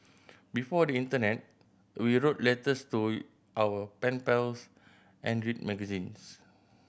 before the internet we wrote letters to our pen pals and read magazines